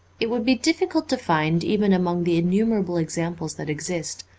it would be difficult to find, even among the innumerable examples that exist,